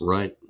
Right